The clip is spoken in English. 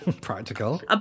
practical